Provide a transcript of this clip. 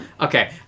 Okay